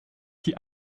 die